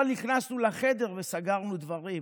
אבל נכנסנו לחדר וסגרנו דברים.